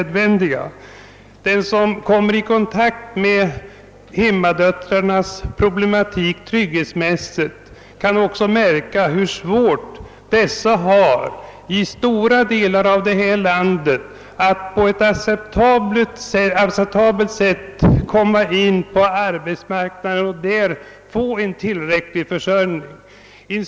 Den som kommer i kontakt med problematiken för hemmadöttrarna trygghetsmässigt märker också hur svårt det i stora delar av vårt land är för dessa att på ett acceptabelt sätt komma in på arbetsmarknaden och få tillräcklig försörjning.